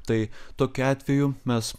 tai tokiu atveju mes